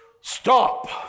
Stop